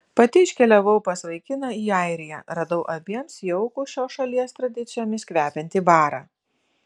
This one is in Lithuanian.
pati iškeliavau pas vaikiną į airiją radau abiems jaukų šios šalies tradicijomis kvepiantį barą